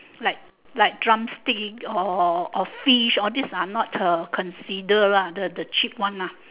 like like drumstick or or fish all these are not uh consider lah the cheap one ah